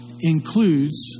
includes